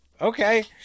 okay